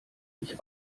ich